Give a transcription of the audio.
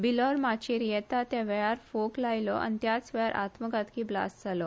बिलॉर माचेर येता ते वेळार फोक लायलो आणि त्याचवेळार आत्मघाती ब्लास्ट जालो